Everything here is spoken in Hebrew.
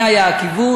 זה היה הכיוון.